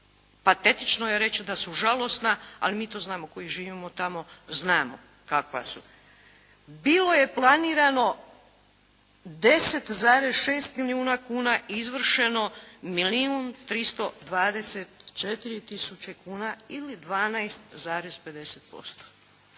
patetično je reći da su žalosna ali mi to znamo koji živimo tamo, znamo kakva su. Bilo je planirano 10,6 milijuna kuna. Izvršeno milijun 324 tisuće kuna ili 12,50%.